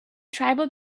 tribal